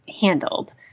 handled